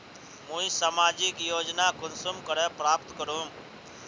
मुई सामाजिक योजना कुंसम करे प्राप्त करूम?